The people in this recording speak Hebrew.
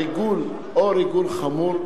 ריגול או ריגול חמור,